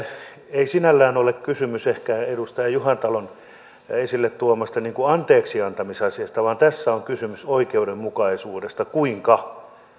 ei sinällään ole kysymys ehkä edustaja juhantalon esille tuomasta anteeksiantamisasiasta vaan tässä on kysymys oikeudenmukaisuudesta kuinka